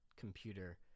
computer